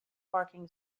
parking